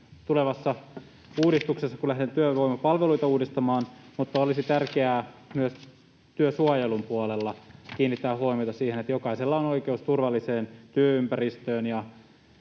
tulevassa uudistuksessa, kun lähdetään työvoimapalveluita uudistamaan, mutta olisi tärkeää myös työsuojelun puolella kiinnittää huomiota siihen, että jokaisella on oikeus turvalliseen työympäristöön